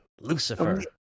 Lucifer